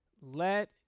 let